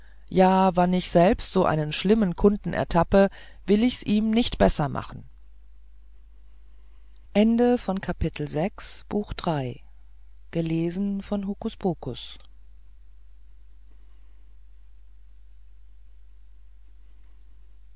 ja wann ich selbst so einen schlimmen kunden ertappe will ichs ihm nicht besser machen